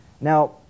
Now